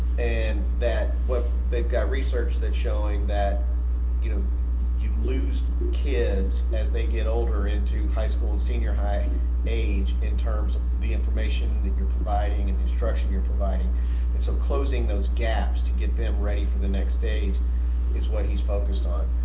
and that what they've got research that's showing that you know you lose kids as they get older into high school and senior high age in terms of the information you're providing and the instruction you're providing and so closing those gaps to get them ready for the next stage is what he's focused on.